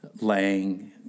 lang